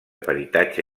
peritatge